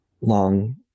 long